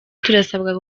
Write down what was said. turasabwa